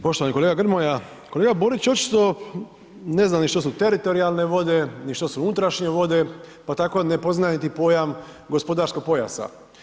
Poštovani kolega Grmoja, kolega Borić očito ne zna ni što su teritorijalne vode, ni što su unutrašnje vode, pa tako ne poznaje niti pojam gospodarskog pojasa.